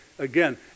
Again